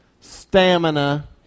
stamina